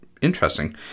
interesting